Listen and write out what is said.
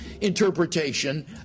interpretation